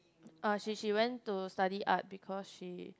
uh she she went to study art because she